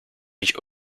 mich